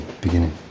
beginning